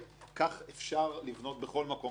כך אפשר לבנות בכל מקום ביהודה ושומרון,